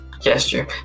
gesture